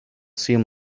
seem